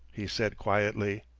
he said quietly.